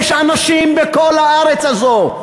יש אנשים בכל הארץ הזו,